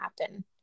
happen